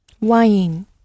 wine